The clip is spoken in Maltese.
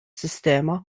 sistema